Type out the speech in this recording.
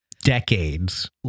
decades